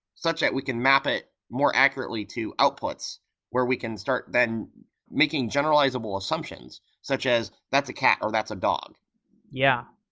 such that we can map it more accurately to outputs, where we can start then making generalizable assumptions, such as that's a cat or that's a dog yeah.